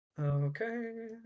Okay